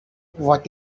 what